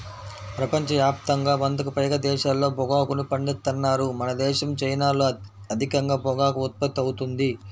ప్రపంచ యాప్తంగా వందకి పైగా దేశాల్లో పొగాకుని పండిత్తన్నారు మనదేశం, చైనాల్లో అధికంగా పొగాకు ఉత్పత్తి అవుతుంది